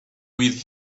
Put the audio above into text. with